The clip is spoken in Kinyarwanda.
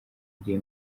gihe